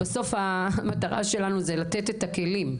בסוף המטרה שלנו היא לתת את הכלים,